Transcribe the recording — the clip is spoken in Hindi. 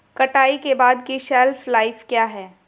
कटाई के बाद की शेल्फ लाइफ क्या है?